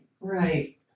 Right